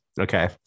okay